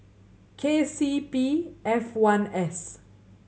K C P F one S